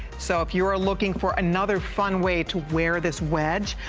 so if you are looking for another fun way to where this wedge,